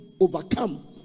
overcome